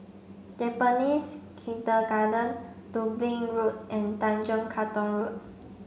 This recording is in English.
Japanese Kindergarten Dublin Road and Tanjong Katong Road